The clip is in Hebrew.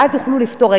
ואז יוכלו לפתור,